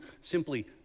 simply